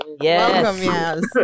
Yes